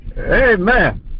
Amen